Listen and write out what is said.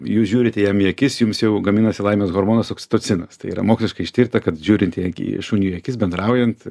jūs žiūrite jam į akis jums jau gaminasi laimės hormonas oksitocinas tai yra moksliškai ištirta kad žiūrint šuniui į akis bendraujant